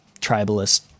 tribalist